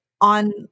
on